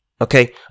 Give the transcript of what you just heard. Okay